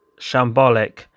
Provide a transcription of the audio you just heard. shambolic